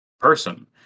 person